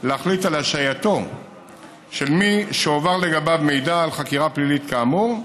להחליט על השעיית מי שהועבר לגביו מידע על חקירה פלילית כאמור,